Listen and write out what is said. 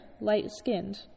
light-skinned